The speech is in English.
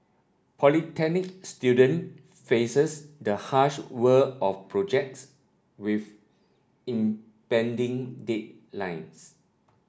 polytechnic student faces the harsh world of projects with impending